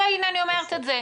הנה אני אומרת את זה.